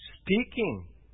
speaking